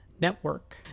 network